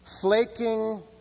flaking